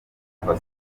kuva